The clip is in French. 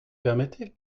permettez